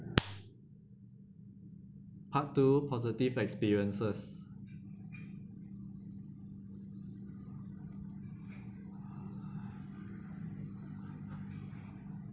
part two positive experiences